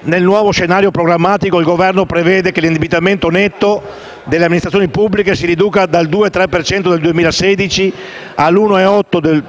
Nel nuovo scenario programmatico il Governo prevede che l'indebitamento netto delle amministrazioni pubbliche si riduca dal 2,3 per cento del 2016 all'1,8